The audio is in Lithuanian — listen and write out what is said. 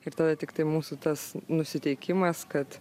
ir tada tiktai mūsų tas nusiteikimas kad